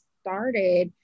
started